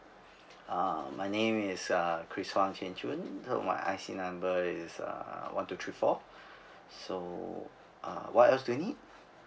uh my name is uh chris Huang Cheh Jun uh my I_C number is uh one two three four so uh what else do you need